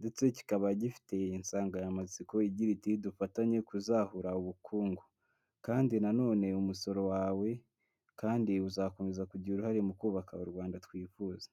ndetse kikaba gifite insanganyamatsiko igira iti dufatanye kuzahura ubukungu kandi na none umusoro wawe kandi uzakomeza kugira uruhare mu kubaka u Rwanda twifuza.